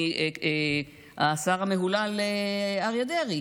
מהשר המהולל אריה דרעי.